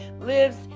lives